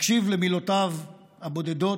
להקשיב למילותיו הבודדות.